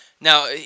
Now